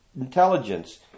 intelligence